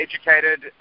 educated